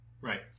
right